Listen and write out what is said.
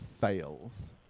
fails